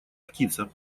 птица